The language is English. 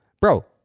bro